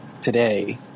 today